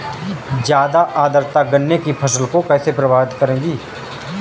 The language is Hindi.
ज़्यादा आर्द्रता गन्ने की फसल को कैसे प्रभावित करेगी?